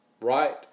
right